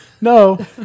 no